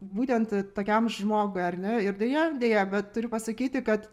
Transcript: būtent tokiam žmogui ar ne ir deja deja bet turiu pasakyti kad